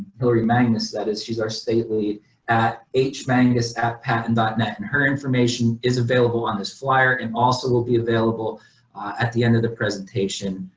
hillary magnus, that is, she's our state lead at h magnus at patent dot net and her information is available on this flyer and also will be available at the end of the presentation.